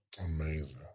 Amazing